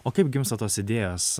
o kaip gimsta tos idėjos